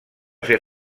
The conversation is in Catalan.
ser